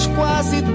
quase